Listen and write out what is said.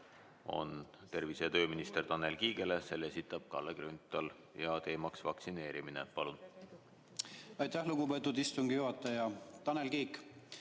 on tervise- ja tööminister Tanel Kiigele, selle esitab Kalle Grünthal ja teema on vaktsineerimine. Palun! Aitäh, lugupeetud istungi juhataja! Tanel Kiik,